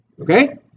Okay